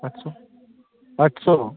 আচ্ছা একশো